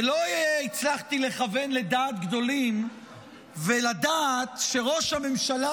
ולא הצלחתי לכוון לדעת גדולים ולדעת שראש הממשלה,